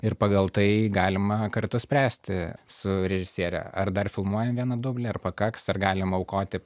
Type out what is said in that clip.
ir pagal tai galima kartu spręsti su režisiere ar dar filmuojam vieną dublį ar pakaks ar galima aukoti